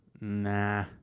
Nah